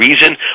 reason